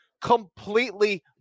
completely